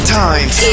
times